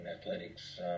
athletics